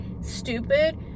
stupid